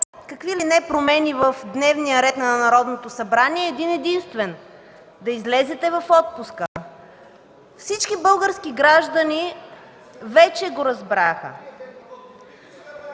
какви ли не промени в дневния ред на Народното събрание, е един-единствен: да излезете в отпуска. Всички български граждани вече го разбраха.